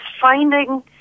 finding